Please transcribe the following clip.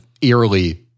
eerily